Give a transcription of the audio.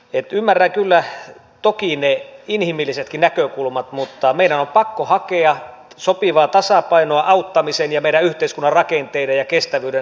ymmärrän kyllä toki ne inhimillisetkin näkökulmat mutta meidän on pakko hakea sopivaa tasapainoa auttamisen ja meidän yhteiskunnan rakenteiden ja kestävyyden näkökulmasta